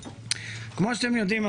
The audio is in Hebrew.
כפי שאתם יודעים,